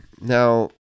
Now